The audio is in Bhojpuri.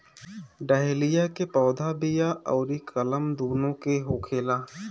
डहेलिया के पौधा बिया अउरी कलम दूनो से होखेला